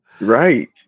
Right